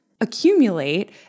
Accumulate